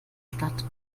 stadt